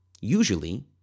usually